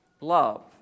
love